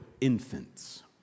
infants